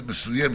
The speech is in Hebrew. מניחה,